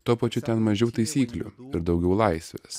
tuo pačiu ten mažiau taisyklių ir daugiau laisvės